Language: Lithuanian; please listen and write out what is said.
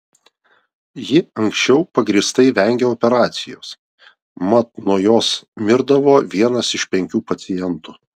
ji anksčiau pagrįstai vengė operacijos mat nuo jos mirdavo vienas iš penkių pacientų